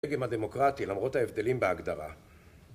דגם הדמוקרטי למרות ההבדלים בהגדרה